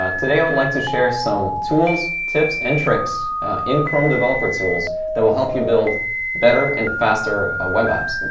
ah today i would like to share some tools, tips, and tricks in chrome developer tools that will help you build better and faster ah web apps. and